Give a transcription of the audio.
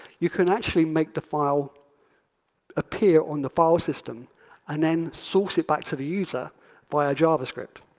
you can actually make the file appear on the file system and then sort it back to the user via javascript.